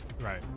Right